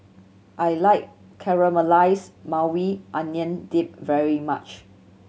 I like Caramelized Maui Onion Dip very much